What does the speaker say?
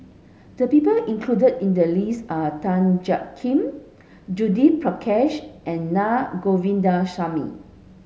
the people included in the list are Tan Jiak Kim Judith Prakash and Na Govindasamy